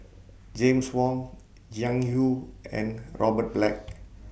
James Wong Jiang YOU and Robert Black